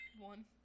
One